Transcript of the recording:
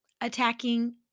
attacking